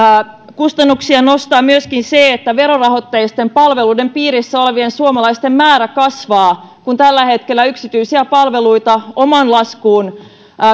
kustannuksia nostaa myöskin se että verorahoitteisten palveluiden piirissä olevien suomalaisten määrä kasvaa kun tällä hetkellä yksityisiä palveluita omaan laskuun